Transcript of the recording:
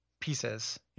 pieces